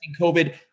COVID